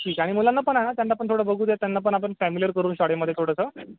ठीक आहे आणि मुलांना पण आणा त्यांना पण थोडं बघू दे त्यांना पण आपण फॅमिलीयर करू शाळेमध्ये थोडंसं